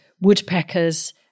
woodpeckers